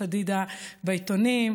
התמיכה של כולכם בהצעת החוק המבקשת לאסור